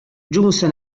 giunse